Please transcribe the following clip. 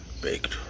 Baked